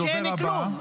אין כלום.